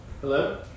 Hello